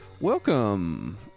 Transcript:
Welcome